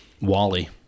Wally